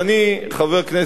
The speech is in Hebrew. חבר הכנסת פרץ,